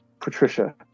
Patricia